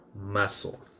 muscle